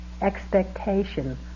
expectation